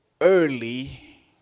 early